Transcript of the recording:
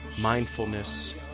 mindfulness